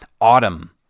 autumn